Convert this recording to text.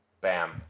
bam